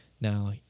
Now